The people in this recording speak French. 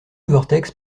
vortex